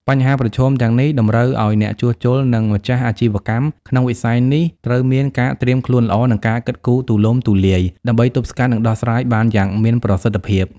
បញ្ហាប្រឈមទាំងនេះតម្រូវឲ្យអ្នកជួសជុល និងម្ចាស់អាជីវកម្មក្នុងវិស័យនេះត្រូវមានការត្រៀមខ្លួនល្អ និងការគិតទូលំទូលាយ ដើម្បីទប់ស្កាត់ និងដោះស្រាយបានយ៉ាងមានប្រសិទ្ធភាព។